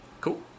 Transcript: Cool